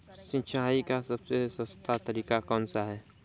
सिंचाई का सबसे सस्ता तरीका कौन सा है?